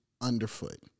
underfoot